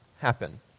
happen